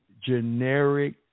generic